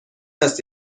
است